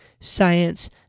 science